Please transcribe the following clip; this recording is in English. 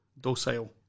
Docile